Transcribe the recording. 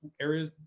areas